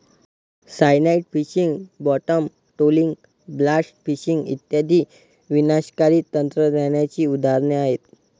cyanide fishing, bottom trawling, blast fishing इत्यादी विनाशकारी तंत्रज्ञानाची उदाहरणे आहेत